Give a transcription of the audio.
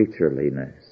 creatureliness